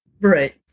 Right